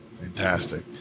Fantastic